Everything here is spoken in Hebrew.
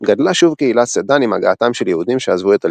גדלה שוב קהילת סדאן עם הגעתם של יהודים שעזבו את אלג'יריה.